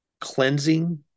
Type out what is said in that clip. Cleansing